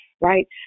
right